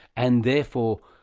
and therefore.